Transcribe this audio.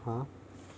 !huh!